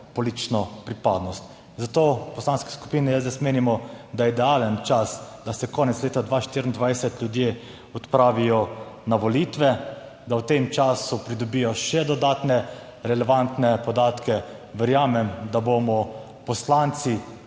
politično pripadnost. Zato v Poslanski skupini SDS menimo, da je idealen čas, da se konec leta 2024 ljudje odpravijo na volitve, da v tem času pridobijo še dodatne relevantne podatke. Verjamem, da bomo poslanci